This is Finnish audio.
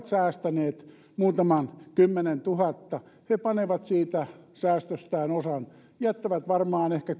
säästäneet muutaman kymmenentuhatta he panevat siitä säästöstään osan ja jättävät varmaan ehkä